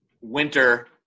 winter